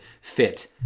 fit